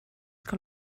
que